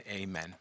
amen